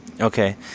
okay